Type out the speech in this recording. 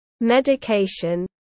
medication